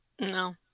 no